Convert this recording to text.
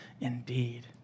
indeed